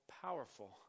powerful